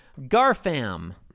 Garfam